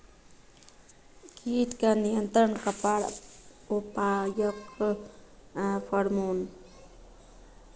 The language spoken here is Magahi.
कीट का नियंत्रण कपास पयाकत फेरोमोन?